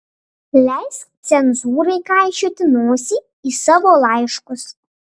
leisk cenzūrai kaišioti nosį į savo laiškus